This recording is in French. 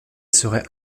serait